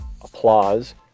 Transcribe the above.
applause